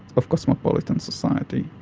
of cosmopolitan society,